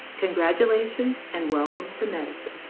congratulations and welcome to medicine.